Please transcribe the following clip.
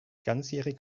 ganzjährig